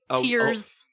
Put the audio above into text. Tears